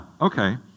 okay